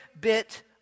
bit